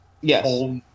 Yes